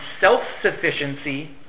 self-sufficiency